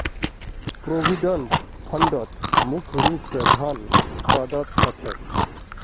provident फंडत मुख्य रूप स धन प्रदत्त ह छेक